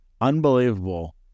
Unbelievable